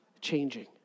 changing